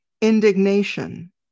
indignation